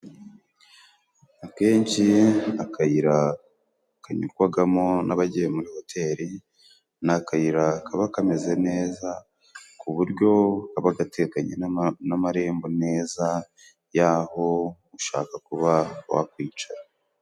Akenshi akayira kanyurwagamo n'abagiye muri hoteli ni akayira kaba kameze neza, ku buryo kaba gateganye n'amarembo neza yaho ushaka kuba wakwicara.